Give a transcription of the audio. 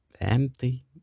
Empty